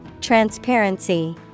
Transparency